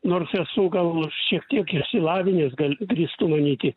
nors esu gal šiek tiek išsilavinęs gal drįstu manyti